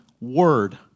word